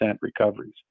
recoveries